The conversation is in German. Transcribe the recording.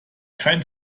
kein